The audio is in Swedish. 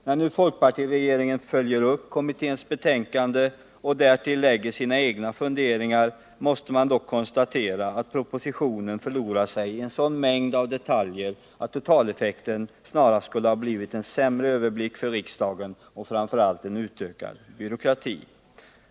Men när folkpartiregeringen försöker följa upp kommitténs betänkande och därtill lägga sina egna funderingar måste man konstatera att propositionen förlorar sig i en sådan mängd detaljer att totaleffekten snarast skulle ha blivit en sämre överblick för riksdagen och framför allt mera byråkrati.